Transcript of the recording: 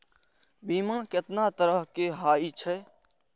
बीमा केतना तरह के हाई छै?